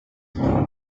always